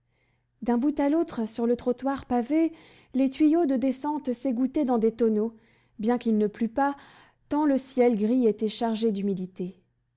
d'un bout à l'autre sur le trottoir pavé les tuyaux de descente s'égouttaient dans des tonneaux bien qu'il ne plût pas tant le ciel gris était chargé d'humidité